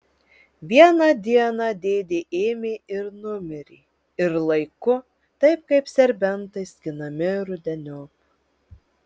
vieną dieną dėdė ėmė ir numirė ir laiku taip kaip serbentai skinami rudeniop